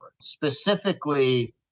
specifically